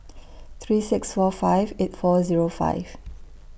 three six four five eight four Zero five